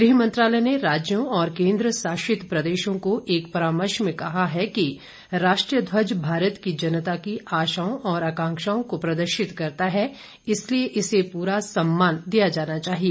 गृह मंत्रालय ने राज्यों और केन्द्र शासित प्रदेशों को एक परामर्श में कहा है कि राष्ट्र ध्वज भारत की जनता की आशाओं और आकांक्षाओं को प्रदर्शित करता है इसलिए इसे पूरा सम्मान दिया जाना चाहिए